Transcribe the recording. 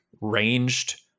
ranged